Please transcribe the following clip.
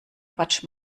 quatsch